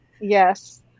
Yes